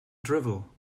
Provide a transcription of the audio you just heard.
drivel